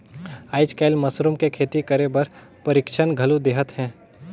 आयज कायल मसरूम के खेती करे बर परिक्छन घलो देहत हे